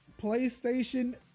PlayStation